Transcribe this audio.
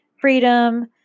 freedom